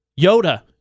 Yoda